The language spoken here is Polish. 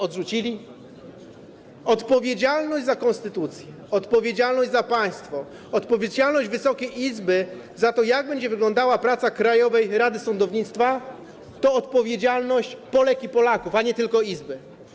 Odpowiedzialność za konstytucję, odpowiedzialność za państwo, odpowiedzialność Wysokiej Izby za to, jak będzie wyglądała praca Krajowej Rady Sądownictwa, to odpowiedzialność Polek i Polaków, a nie tylko izby.